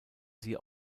sie